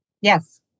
yes